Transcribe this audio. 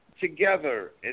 together